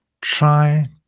try